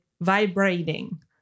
vibrating